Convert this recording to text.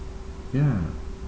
ya